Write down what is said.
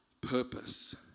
purpose